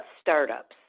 startups